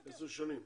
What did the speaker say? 10 שנים.